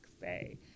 say